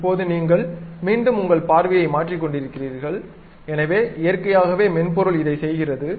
இப்போது நீங்கள் மீண்டும் உங்கள் பார்வையை மாற்றிக் கொண்டிருக்கிறீர்கள் எனவே இயற்கையாகவே மென்பொருள் இதை செய்கிறது